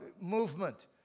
movement